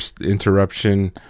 interruption